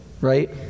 right